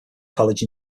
college